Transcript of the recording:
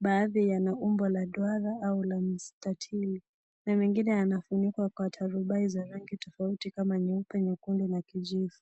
baadhi yana umbo la duara au la msitatiri na mengine yanafunikwa kwa tarubai za rangi tofauti kama vnyeupe nyekundu na kijivu.